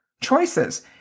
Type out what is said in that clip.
choices